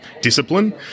discipline